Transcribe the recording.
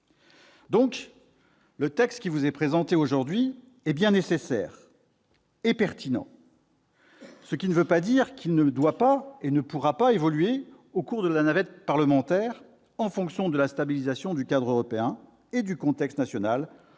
Le texte qui vous est présenté aujourd'hui est donc bien nécessaire et pertinent, ce qui ne signifie pas qu'il ne pourra pas évoluer au cours de la navette parlementaire en fonction de la stabilisation du cadre européen et du contexte national concernant